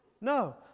No